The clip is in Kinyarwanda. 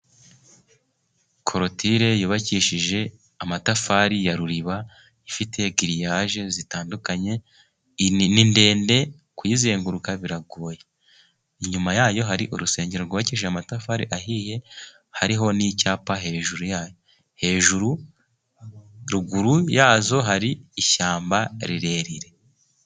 Koroture yubakishije amatafari ya Ruriba ifite giriyaje zitandukanye, ni ndende kuyizenguruka biragoye ,inyuma yayo hari urusengero rwubakishije amatafari ahiye ,hariho n'icyapa hejuru yayo, hejuru, ruguru yazo hari ishyamba rirerire.